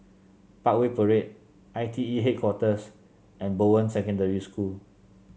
Parkway Parade I T E Headquarters and Bowen Secondary School